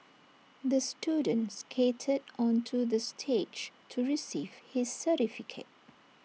the student skated onto the stage to receive his certificate